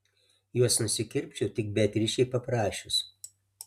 juos nusikirpčiau tik beatričei paprašius